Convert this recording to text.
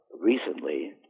recently